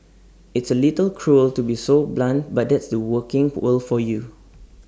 it's A little cruel to be so blunt but that's the working world for you